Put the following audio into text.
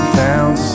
found